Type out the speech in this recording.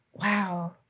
wow